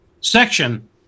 section